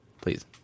please